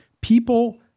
People